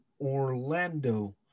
Orlando